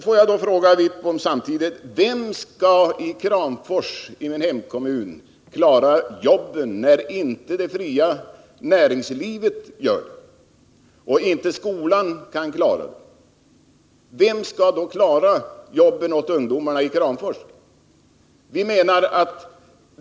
Får jag då fråga Bengt Wittbom: Vem skall i min hemkommun Kramfors klara jobben åt ungdomarna, när inte det fria näringslivet eller skolan kan göra det?